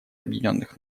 объединенных